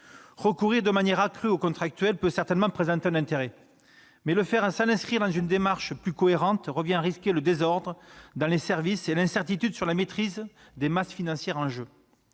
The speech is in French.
Recourir de manière accrue aux contractuels peut certainement présenter un intérêt. Mais le faire sans l'inscrire dans une démarche plus cohérente revient à prendre le risque du désordre dans les services et de l'incertitude sur la maîtrise des masses financières en jeu.